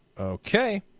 Okay